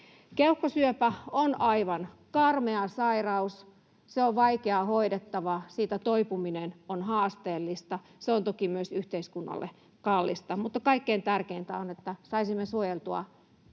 Keuhkosyöpä on aivan karmea sairaus. Se on vaikea hoidettava, siitä toipuminen on haasteellista. Se on toki myös yhteiskunnalle kallista, mutta kaikkein tärkeintä on, että saisimme suojeltua